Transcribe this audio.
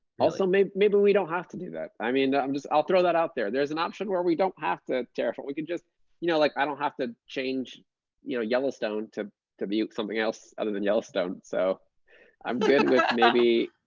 also, maybe maybe we don't have to do that. i mean, i'm just i'll throw that out there. there's an option where we don't have to terraform. we can just you know like, i don't have to change you know yellowstone to to be something else other than yellowstone. so i'm good with maybe,